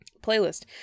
playlist